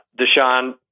Deshaun